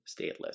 stateless